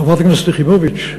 חברת הכנסת יחימוביץ,